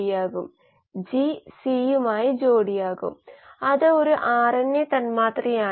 ഈ സമീപനം ഉപയോഗിച്ച് നിങ്ങൾക്ക് അത് വിശകലനം ചെയ്യാൻ കഴിയും